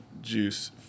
juice